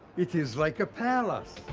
it is like a palace.